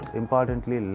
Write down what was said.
importantly